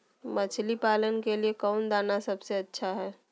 मछली पालन के लिए कौन दाना सबसे अच्छा है?